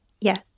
Yes